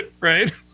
right